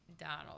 Donald